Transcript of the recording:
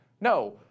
No